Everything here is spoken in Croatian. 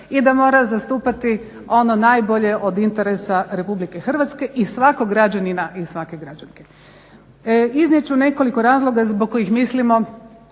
i da mora zastupati ono najbolje od interesa RH i svakog građanina i svake građanke. Iznijet ću nekoliko razloga zbog kojih mislimo